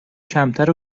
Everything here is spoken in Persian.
کمتر